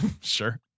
Sure